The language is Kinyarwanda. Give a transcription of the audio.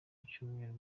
byumweru